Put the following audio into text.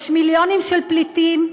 יש מיליונים של פליטים,